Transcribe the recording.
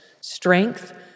strength